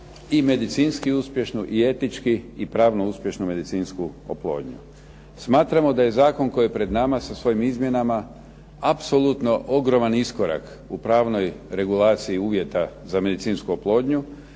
za medicinski uspješnu i etički i pravno uspješnu medicinsku oplodnju. Smatramo da je Zakon koji je pred nama sa svojim izmjenama apsolutno ogroman iskorak u pravnoj regulaciji uvjeta za medicinsku oplodnju.